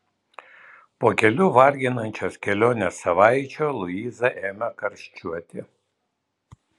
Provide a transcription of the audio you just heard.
po kelių varginančios kelionės savaičių luiza ėmė karščiuoti